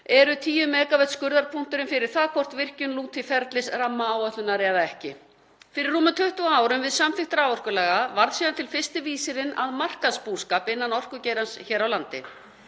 eru 10 MW skurðarpunkturinn fyrir það hvort virkjun lúti ferli rammaáætlunar eða ekki. Fyrir rúmum 20 árum, við samþykkt raforkulaga, varð síðan til fyrsti vísirinn að markaðsbúskap innan orkugeirans hér á landi.